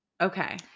okay